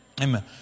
Amen